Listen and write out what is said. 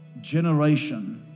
generation